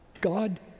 God